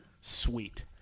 Sweet